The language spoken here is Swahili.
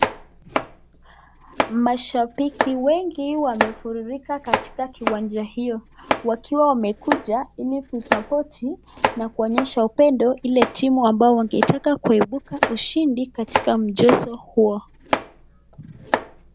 Mashabiki wengi wamefurika katika kiwanja hiyo, wakiwa wamekuja ili kusapoti na kuonyesha upendo ile timu ambayo, wanataka kuepuka ushindi katika mchezo huo.